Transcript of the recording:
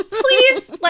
please